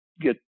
get